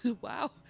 Wow